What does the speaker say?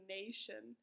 nation